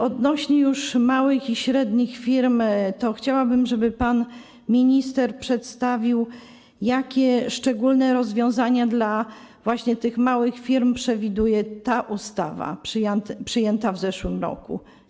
Odnośnie do małych i średnich firm, chciałabym, żeby pan minister przedstawił, jakie szczególne rozwiązania dla tych małych firm przewiduje ustawa przyjęta w zeszłym roku.